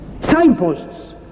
signposts